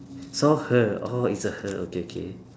saw her orh it's a her okay okay